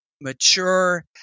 mature